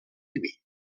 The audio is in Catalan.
diví